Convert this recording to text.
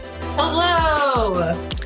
Hello